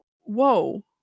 whoa